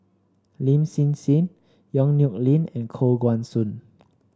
Lin Hsin Hsin Yong Nyuk Lin and Koh Guan Song